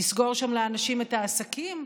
לסגור שם לאנשים את העסקים,